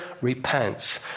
repents